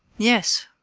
yes,